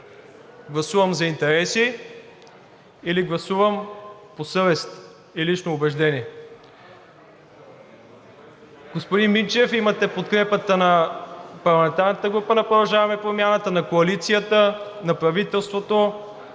гласувам за интереси или гласувам по съвест и лично убеждение. Господин Минчев, имате подкрепата на парламентарната група „Продължаваме Промяната“, на коалицията, на правителството.